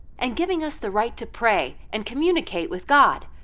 and giving us the right to pray and communicate with god.